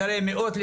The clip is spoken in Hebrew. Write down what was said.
לשרי מאות,